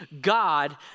God